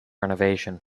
renovation